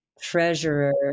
treasurer